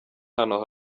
hano